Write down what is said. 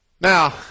Now